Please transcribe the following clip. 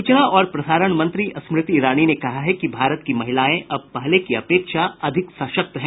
सूचना और प्रसारण मंत्री स्मृति ईरानी ने कहा है कि भारत की महिलाएं अब पहले की अपेक्षा अधिक सशक्त हैं